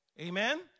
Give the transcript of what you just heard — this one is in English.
Amen